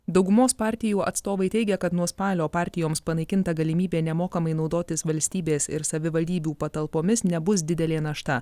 daugumos partijų atstovai teigia kad nuo spalio partijoms panaikinta galimybė nemokamai naudotis valstybės ir savivaldybių patalpomis nebus didelė našta